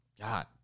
God